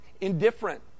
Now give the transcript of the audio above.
indifferent